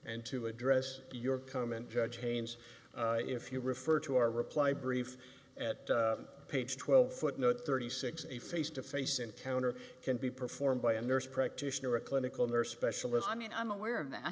and to address your comment judge haynes if you refer to our reply brief at page twelve footnote thirty six a face to face encounter can be performed by a nurse practitioner a clinical nurse specialist i mean i'm aware of th